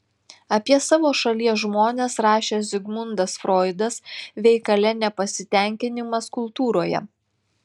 apie savo šalies žmones rašė zigmundas froidas veikale nepasitenkinimas kultūroje